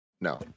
No